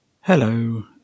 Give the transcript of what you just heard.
Hello